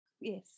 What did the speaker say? Yes